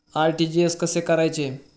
RTGS कसे करायचे?